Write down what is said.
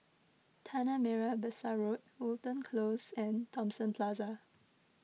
Tanah Merah Besar Road Wilton Close and Thomson Plaza